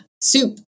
Soup